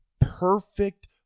perfect